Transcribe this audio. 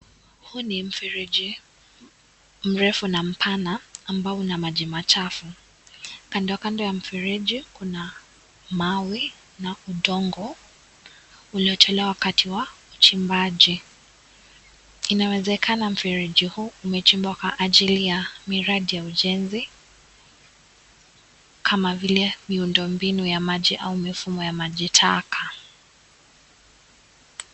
Huu ni mfereji mrefu na mpana ambao una maji machafu ,kando kando ya mfereji kuna mawe na udongo uliochelewa wakiti wa uchimbaji, inawezekana mfereji huu umechimbwa kwa ajili ya miradi ya ujenzi kama vile miundombinu ya maji au mifumo ya maji taka.